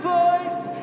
voice